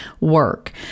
work